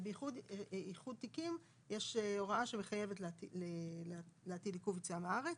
ובאיחוד תיקים יש הוראה שמחייבת להטיל עיכוב יציאה מן הארץ.